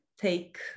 take